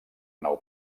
nou